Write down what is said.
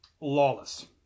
Lawless